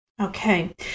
Okay